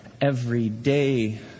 everyday